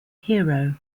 hero